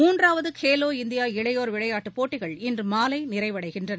மூன்றாவது கேலோ இந்தியா இளைஞர் விளையாட்டுப் போட்டிகள் இன்று மாலை நிறைவடைகின்றன